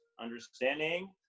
understanding